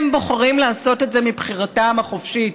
הם בוחרים לעשות את זה מבחירתם החופשית.